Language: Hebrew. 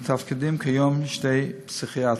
מתפקדים כיום שני פסיכיאטרים.